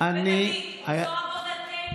תגיד: זו עבודתנו,